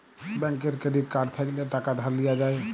ব্যাংকের credit card থ্যাইকলে টাকা ধার লিয়া যায়